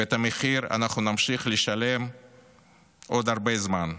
ואת המחיר אנחנו נמשיך לשלם עוד הרבה זמן,